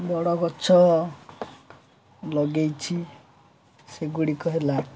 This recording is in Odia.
ବଡ଼ ଗଛ ଲଗେଇଛି ସେଗୁଡ଼ିକ ହେଲା